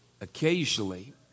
occasionally